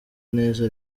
neza